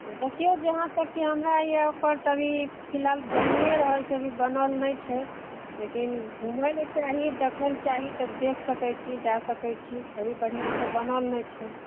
देखिऔ जहाँ तक कि हमरा यऽ ओकर तऽ अभी फिलहाल बनिए रहल छै अभी बनल नहि छै लेकिन घुमैलए चाही देखैलए चाही तऽ देखि सकै छी जै सकै छी अभी बढ़िआँसे बनल नहि छै